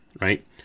right